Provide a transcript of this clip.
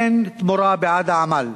אין תמורה בעד העמל.